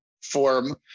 form